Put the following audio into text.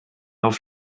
auf